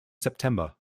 september